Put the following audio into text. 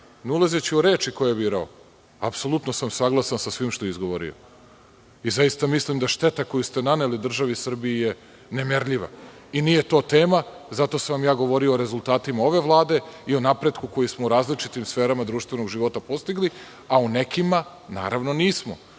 ulazeći u reči koje je birao, apsolutno sam saglasan sa svim što je izgovorio. Zaista mislim da šteta koju ste naneli državi Srbiji je nemerljiva i nije to tema, zato sam vam ja govorio o rezultatima ove vlade i o napretku koji smo u različitim sferama društvenog života postigli, a u nekima, naravno, nismo,